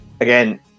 again